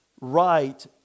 right